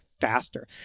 faster